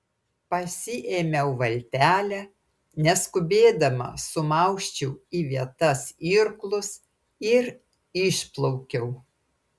pasiėmiau valtelę neskubėdama sumausčiau į vietas irklus ir išplaukiau